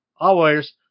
hours